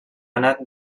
anat